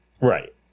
Right